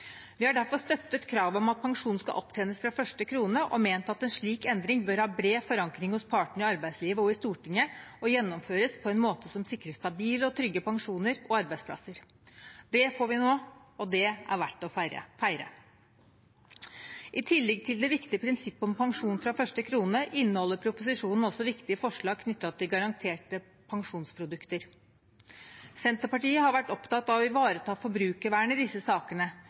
Vi har derfor støttet kravet om at pensjon skal opptjenes fra første krone, og ment at en slik endring bør ha bred forankring hos partene i arbeidslivet og i Stortinget og gjennomføres på en måte som sikrer stabile og trygge pensjoner og arbeidsplasser. Det får vi nå, og det er verdt å feire. I tillegg til det viktige prinsippet om pensjon fra første krone inneholder proposisjonen også viktige forslag knyttet til garanterte pensjonsprodukter. Senterpartiet har vært opptatt av å ivareta forbrukervernet i disse sakene,